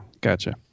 gotcha